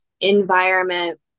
environment